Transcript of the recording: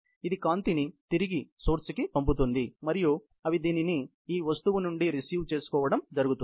ఇది కాంతిని తిరిగి సోర్స్ కి పంపుతుంది మరియు ఆవి దీనిని ఈ వస్తువు నుండి రిసీవ్ చేసుకోవడం జరుగుతుంది